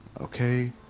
Okay